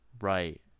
right